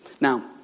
Now